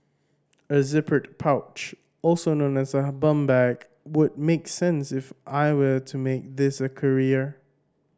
a zippered pouch also known as a bum bag would make sense if I will to make this a career